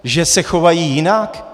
Že se chovají jinak?